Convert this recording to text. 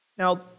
Now